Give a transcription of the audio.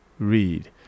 read